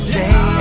day